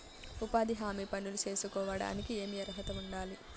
ఉపాధి హామీ పనులు సేసుకోవడానికి ఏమి అర్హత ఉండాలి?